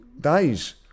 days